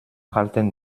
halten